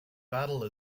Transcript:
battle